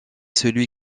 celui